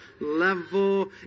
level